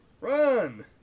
Run